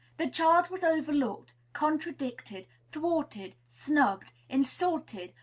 the child was overlooked, contradicted, thwarted, snubbed, insulted,